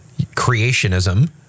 creationism